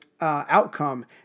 outcome